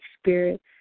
Spirit